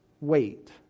wait